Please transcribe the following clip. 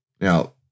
Now